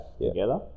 together